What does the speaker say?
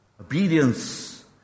Obedience